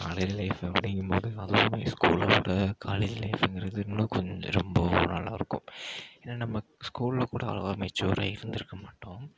college life அப்படிங்கும்போது ஸ்கூலை விட காலேஜி லைஃப்ங்குறது இன்னும் கொஞ்ச ரொம்ப நல்லாருக்கு ஏன்னா நம்ப ஸ்கூலில் கூட அவ்ளோவாக மெச்சூராக இருந்துருக்க மாட்டோம்